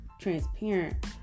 transparent